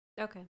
Okay